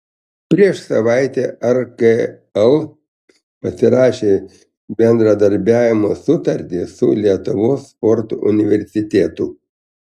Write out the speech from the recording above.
prieš savaitę rkl pasirašė bendradarbiavimo sutartį su lietuvos sporto universitetu